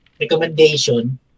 recommendation